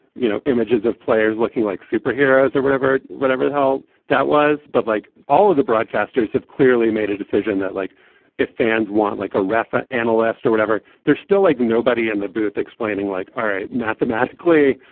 you know, images of players looking like superheroes or whatever, whatever the hell that was. but like all of the broadcasters have clearly made a decision that like if fans want like a raffa analyst or whatever, they're still like nobody in the booth explaining like, all right, mathematically,